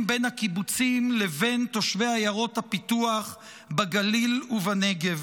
בין הקיבוצים לבין תושבי עיירות הפיתוח בגליל ובנגב,